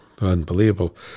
Unbelievable